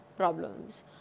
problems